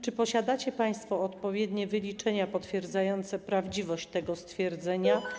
Czy posiadacie państwo odpowiednie wyliczenia potwierdzające prawdziwość tego stwierdzenia?